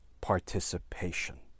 participation